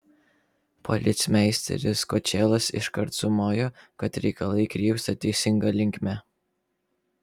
policmeisteris kočėlas iškart sumojo kad reikalai krypsta teisinga linkme